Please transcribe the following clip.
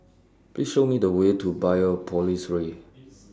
Please Show Me The Way to Biopolis Way